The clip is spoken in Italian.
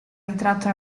ritratto